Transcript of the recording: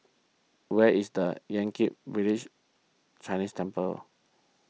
where is the Yan Kit Village Chinese Temple